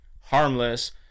harmless